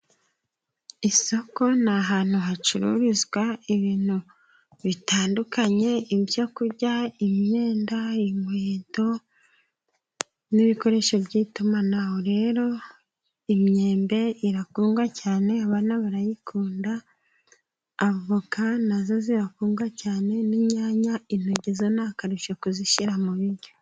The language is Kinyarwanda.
Isoko ni ahantu hacururizwa ibintu bitandukanye; ibyo kurya, imyenda, umukweto n'ibikoresho by'itumanaho. Rero imyembe irakundwa cyane. Abana barayikunda, avoka na zo zirakundwa cyane, n'inyanya, intoryi zo ni akarusho kuzishyira mu biryo.